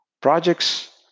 Projects